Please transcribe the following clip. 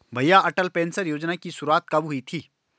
भैया अटल पेंशन योजना की शुरुआत कब हुई थी?